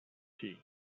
tea